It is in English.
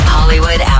Hollywood